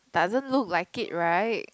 doesn't look like it right